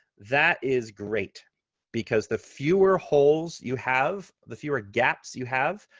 that is great because the fewer holes you have, the fewer gaps you have,